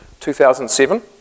2007